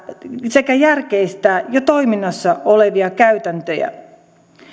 sekä järkeistää jo toiminnassa olevia käytäntöjä